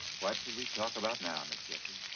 what should we talk about now, miss jessie?